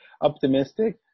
optimistic